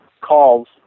calls